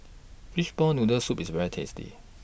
Fishball Noodle Soup IS very tasty